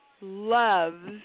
loves